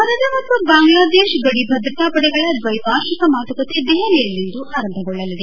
ಭಾರತ ಮತ್ತು ಬಾಂಗ್ಲಾದೇಶ ಗಡಿ ಭದ್ರತಾಪಡೆಗಳ ದ್ವೈವಾರ್ಷಿಕ ಮಾತುಕತೆ ದೆಹಲಿಯಲ್ಲಿಂದು ಆರಂಭಗೊಳ್ಳಲಿದೆ